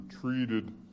treated